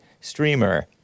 streamer